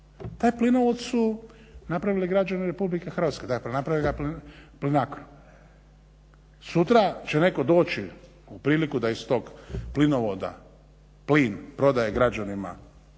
Taj plinovod su napravili građani RH, dakle napravio ga je Plinacro. Sutra će netko doći u priliku da iz tog plinovoda plin prodaje građanima